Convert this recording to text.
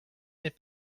n’est